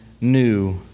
new